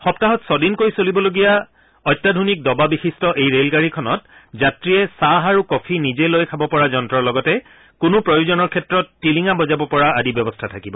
সপ্তাহত ছদিনকৈ চলিব লগীয়া অত্যাধুনিক দবা বিশিষ্ট এই ৰেল গাড়ীখনত যাত্ৰীয়ে চাহ আৰু কফি নিজে লৈ খাব পৰা যন্তৰ লগতে কোনো প্ৰয়োজনৰ ক্ষেত্ৰত টিলিঙা বজাব পৰা আদি ব্যৱস্থা থাকিব